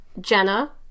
Jenna